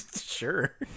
sure